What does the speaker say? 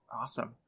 Awesome